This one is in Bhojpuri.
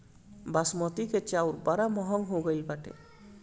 बासमती के चाऊर बड़ा महंग हो गईल बाटे